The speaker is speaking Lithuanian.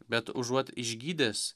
bet užuot išgydęs